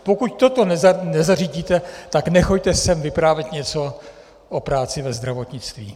Pokud toto nezařídíte, tak nechoďte sem vyprávět něco o práci ve zdravotnictví!